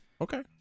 Okay